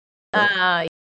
ah